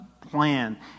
plan